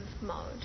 mode